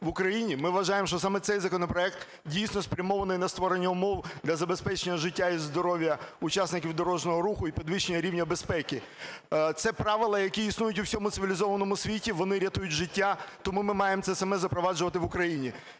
в Україні, ми вважаємо, що саме цей законопроект, дійсно, спрямований на створення умов для забезпечення життя і здоров'я учасників дорожнього руху і підвищення рівня безпеки. Це правила, які існують у всьому цивілізованому світі. Вони рятують життя. Тому ми маємо це саме запроваджувати в Україні.